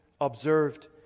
observed